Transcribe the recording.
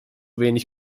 wenig